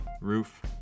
Roof